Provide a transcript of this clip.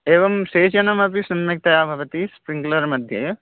एवं सेचनमपि सम्यक्तया भवति स्प्रिङ्क्लर् मध्ये